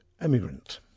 Emigrant